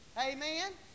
amen